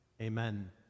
Amen